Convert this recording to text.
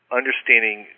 understanding